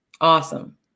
Awesome